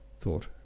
thought